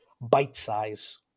bite-size